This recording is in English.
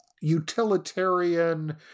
utilitarian